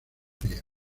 fría